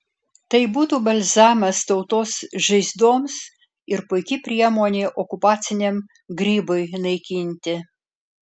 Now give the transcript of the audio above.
tai būtų balzamas tautos žaizdoms ir puiki priemonė okupaciniam grybui naikinti